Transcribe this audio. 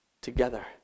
together